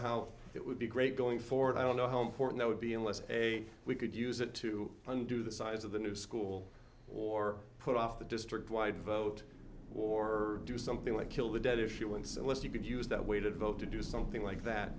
how it would be great going forward i don't know how important it would be unless a we could use it to undo the size of the new school or put off the district wide vote or do something like kill the debt issuance unless you could use that way to vote to do something like that